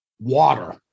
water